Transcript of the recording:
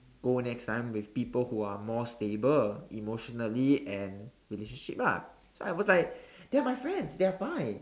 go next time with people who are more stable emotionally and relationship lah so I was like they're my friends they're fine